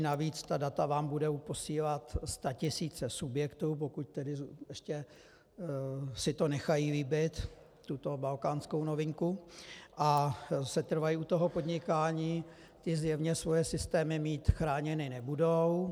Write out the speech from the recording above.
Navíc ta data vám budou posílat statisíce subjektů, pokud si to nechají líbit, tuto balkánskou novinku, a setrvají u podnikání, ty zjevně svoje systémy mít chráněny nebudou.